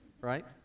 right